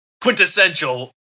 quintessential